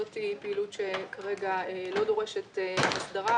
זאת פעילות שכרגע לא דורשת הסדרה,